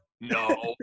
No